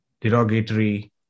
derogatory